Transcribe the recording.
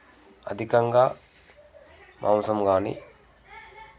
అధికంగా మాంసం గాని